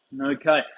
Okay